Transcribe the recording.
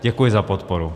Děkuji za podporu.